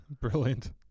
Brilliant